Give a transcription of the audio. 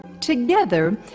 Together